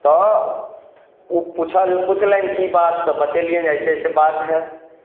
तऽ ओ पुछल पुछलनि की बात तऽ बतेलियनि एसे एसे बात है